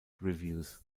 reviews